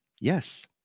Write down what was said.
Yes